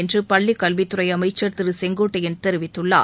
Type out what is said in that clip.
என்று பள்ளி கல்வித்துறை அமைச்சர் திரு செங்கோட்டையன் தெரிவித்துள்ளார்